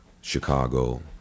Chicago